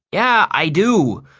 yeah i do!